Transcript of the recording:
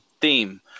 theme